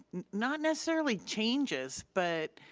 not necessarily changes but,